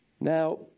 Now